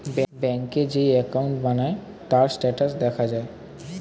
ব্যাংকে যেই অ্যাকাউন্ট বানায়, তার স্ট্যাটাস দেখা যায়